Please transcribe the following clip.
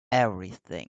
everything